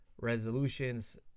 resolutions